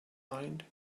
mind